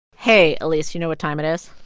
hey, alix. you know what time it is?